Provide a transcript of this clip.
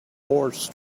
horse